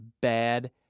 bad